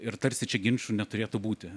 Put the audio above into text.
ir tarsi čia ginčų neturėtų būti